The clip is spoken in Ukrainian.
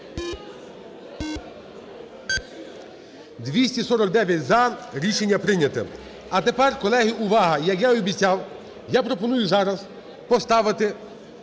За-249 Рішення прийнято. А тепер, колеги, увага! Як я і обіцяв, я пропоную зараз поставити